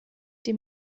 dem